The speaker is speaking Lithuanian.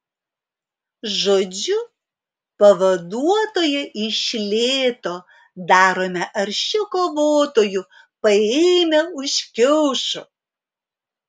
žodžiu pavaduotoją iš lėto darome aršiu kovotoju paėmę už kiaušų